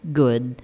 good